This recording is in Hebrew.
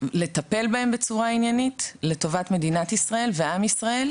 לטפל בהם בצורה עניינית לטובת מדינת ישראל ועם ישראל